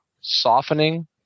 softening